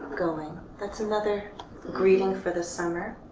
going? that's another greeting for the summer.